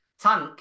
Tank